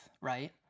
right